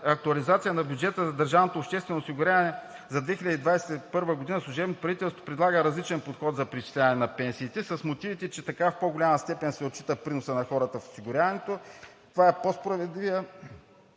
актуализация на бюджета за държавното обществено осигуряване за 2021 г. служебното правителство предлага различен подход за преизчисляване на пенсиите с мотивите, че така в по-голяма степен се отчита приносът на хората в осигуряването. Това е по-справедливият,